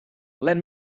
let